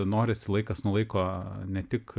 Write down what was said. norisi laikas nuo laiko ne tik